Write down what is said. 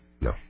No